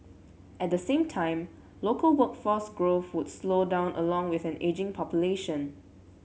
at the same time local workforce growth would slow down along with an ageing population